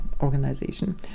organization